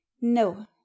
no